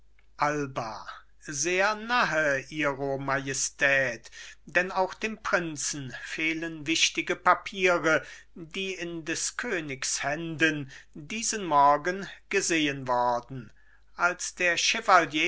alba sehr nahe ihre majestät denn auch dem prinzen fehlen wichtige papiere die in des königs händen diesen morgen gesehen worden als der